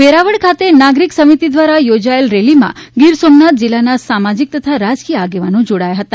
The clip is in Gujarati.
વેરાવળ ખાતે નાગરિક સમિતિ દ્વારા યોજાયેલી રેલી માં ગીર સોમનાથ જિલ્લા ના સામાજિક તથા રાજકીય આગેવાનો જોડાયા હતા